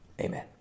Amen